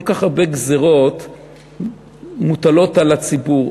כל כך הרבה גזירות מוטלות על הציבור,